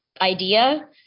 idea